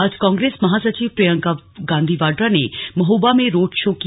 आज कांग्रेस महासचिव प्रियंका गांधी वाड्रा ने महोबा में रोड शो किया